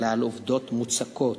אלא על עובדות מוצקות,